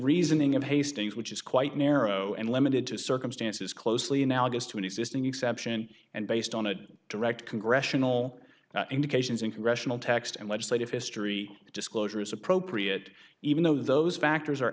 reasoning of hastings which is quite narrow and limited to circumstances closely analogous to an existing exception and based on a direct congressional indications in congressional text and legislative history disclosure is appropriate even though those factors are